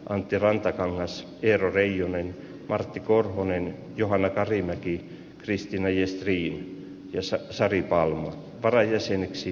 antti rantakangas pierre junen martti korhonen johanna karimäki ristin esteri esa saari palmu varajäseneksi